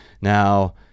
Now